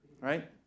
right